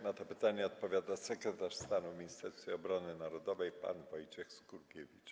Na to pytanie odpowiada sekretarz stanu w Ministerstwie Obrony Narodowej pan Wojciech Skurkiewicz.